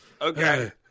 Okay